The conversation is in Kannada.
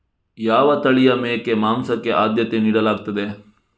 ಯಾವ ತಳಿಯ ಮೇಕೆ ಮಾಂಸಕ್ಕೆ ಆದ್ಯತೆ ನೀಡಲಾಗ್ತದೆ?